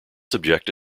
subject